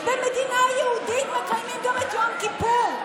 במדינה יהודית מקיימים גם את יום כיפור,